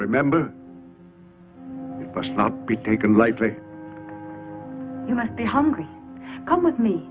remember must not be taken lightly you must be hungry come with me